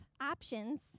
options